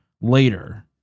later